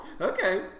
Okay